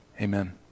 Amen